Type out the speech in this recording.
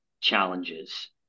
challenges